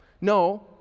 No